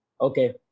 okay